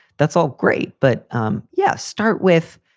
that's all great. but um yes, start with.